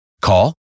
Call